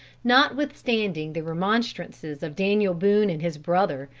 notwithstanding the remonstrances of daniel boone and his brother,